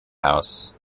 house